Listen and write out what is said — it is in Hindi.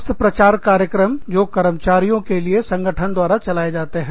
स्वास्थ्य प्रचार कार्यक्रम जो कर्मचारियों के लिए संगठन द्वारा चलाए जाते हैं